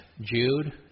Jude